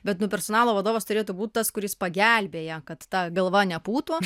bet nu personalo vadovas turėtų būti tas kuris pagelbėja kad ta galva nepūtų